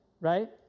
right